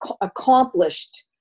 accomplished